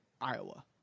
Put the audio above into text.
Iowa